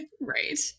Right